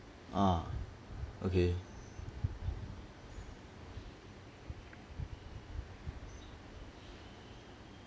ah okay